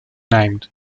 named